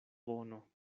bono